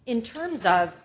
in terms of